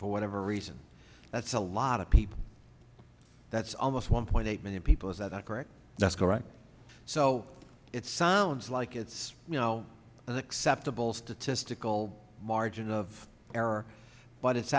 for whatever reason that's a lot of people that's almost one point eight million people is that correct that's correct so it sounds like it's you know there's acceptable statistical margin of error but it's